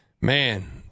man